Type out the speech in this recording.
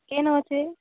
କଣ ଅଛି